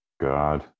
God